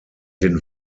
den